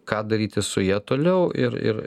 ką daryti su ja toliau ir ir